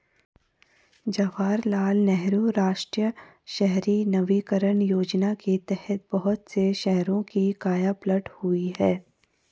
जवाहरलाल नेहरू राष्ट्रीय शहरी नवीकरण योजना के तहत बहुत से शहरों की काया पलट हुई है